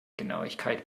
genauigkeit